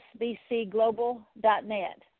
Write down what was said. sbcglobal.net